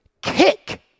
kick